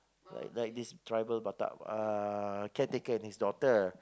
like like this driver batak uh caretaker and his daughter